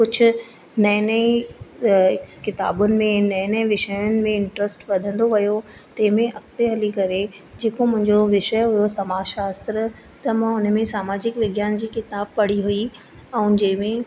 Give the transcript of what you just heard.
कुझु नईं नईं किताबुनि में नएं नएं विषयनि में इंट्रेस्ट वधंदो वियो तंहिंमें अॻिते हली करे जेको मुंहिंजो विषय हुयो समाज शास्त्र त मां उन में समाजिक विज्ञान जी किताब पढ़ी हुई ऐं जंहिंमें